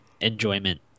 enjoyment